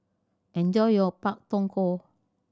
enjoy your Pak Thong Ko